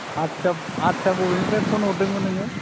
आच्चा आच्चा बबेनिफ्राय फन हरदोंमोन नोङो